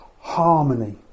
harmony